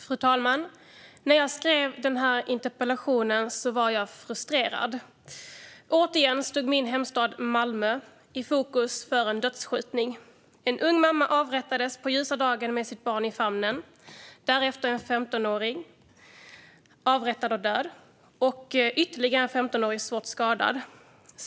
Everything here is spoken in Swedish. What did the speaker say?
Fru talman! När jag skrev min interpellation var jag frustrerad. Återigen stod min hemstad Malmö i fokus för en dödsskjutning. En ung mamma avrättades mitt på ljusan dag med sitt barn i famnen. Därefter avrättades en 15-åring, och ytterligare en 15-åring skadades svårt.